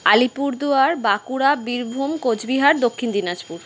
Alipurduar Bankura Birbhum Coochbehar Dakshin Dinajpur